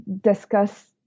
discuss